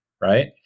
Right